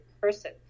person